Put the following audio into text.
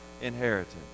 inheritance